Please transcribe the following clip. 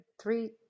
three